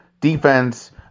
defense